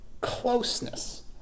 closeness